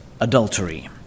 adultery